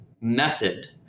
method